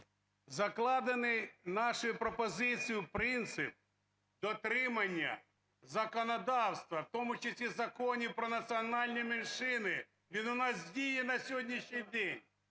закладений нашею пропозицією принцип дотримання законодавства, в тому числі в Законі про національні меншини, він у нас діє на сьогоднішній день.